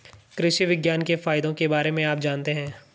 कृषि विज्ञान के फायदों के बारे में आप जानते हैं?